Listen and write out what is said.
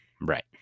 Right